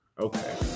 Okay